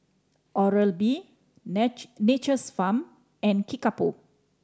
Oral B Nature's Farm and Kickapoo